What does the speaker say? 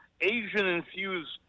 Asian-infused